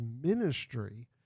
ministry